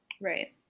Right